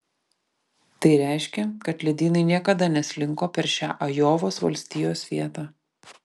tai reiškia kad ledynai niekada neslinko per šią ajovos valstijos vietą